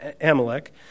Amalek